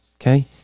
Okay